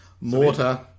mortar